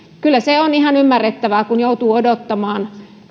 kyllä se on ihan ymmärrettävää kun joutuu odottamaan